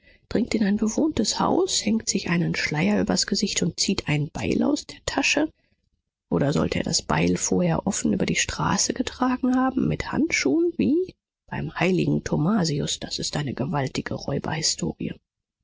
dringt in ein bewohntes haus hängt sich einen schleier übers gesicht und zieht ein beil aus der tasche oder sollte er das beil vorher offen über die straße getragen haben mit handschuhen wie beim heiligen tommasius das ist eine gewaltige